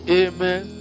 amen